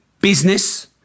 business